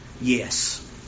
yes